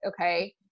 Okay